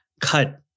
cut